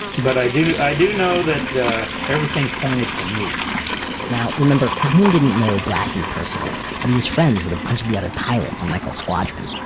but i do i do know everything pointed to me now, remember, calhoon didn't know blassi personally, but he was friends with a bunch of the other pilots in michael's squadron.